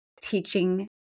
teaching